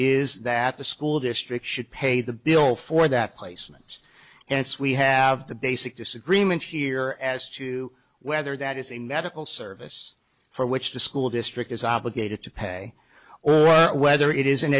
is that the school district should pay the bill for that placement and it's we have the basic disagreement here as to whether that is a medical service for which the school district is obligated to pay or whether it is an